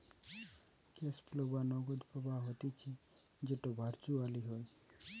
cash flow বা নগদ প্রবাহ হতিছে যেটো ভার্চুয়ালি হয়